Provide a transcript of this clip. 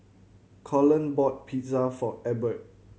Cullen bought Pizza for Ebert